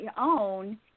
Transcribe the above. own